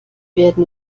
werden